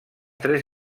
tres